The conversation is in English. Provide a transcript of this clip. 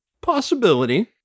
Possibility